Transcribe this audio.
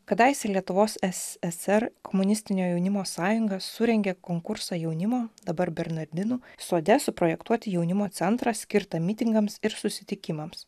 kadaise lietuvos ssr komunistinio jaunimo sąjunga surengė konkursą jaunimo dabar bernardinų sode suprojektuoti jaunimo centrą skirtą mitingams ir susitikimams